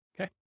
Okay